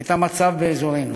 את המצב באזורנו.